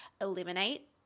eliminate